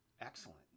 Excellent